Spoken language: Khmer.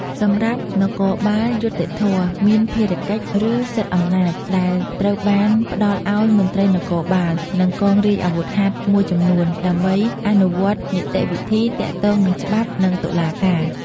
សម្រាប់់នគរបាលយុត្តិធម៌ មានភារកិច្ច ឬសិទ្ធិអំណាច ដែលត្រូវបានផ្ដល់ឱ្យមន្ត្រីនគរបាល និងកងរាជអាវុធហត្ថមួយចំនួន ដើម្បីអនុវត្តនីតិវិធីទាក់ទងនឹងច្បាប់ និងតុលាការ។